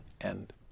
end